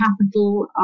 capital